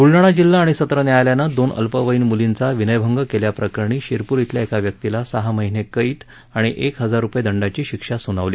ब्लडाणा जिल्हा आणि सत्र न्यायालयानं दोन अल्पवयीन म्लींचा विनयभंग केल्याप्रकरणी शिरपूर इथल्या एका व्यक्तीला सहा महिने कैद आणि एक हजार रुपये दंडाची शिक्षा स्नावली